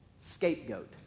scapegoat